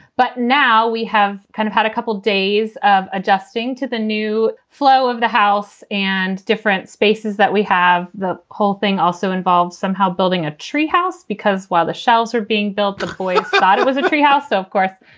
but now we have kind of had a couple days of adjusting to the new flow of the house and different spaces that we have. the whole thing also involves somehow building a treehouse because while the shelves are being built, the boys thought it was a treehouse, so of course.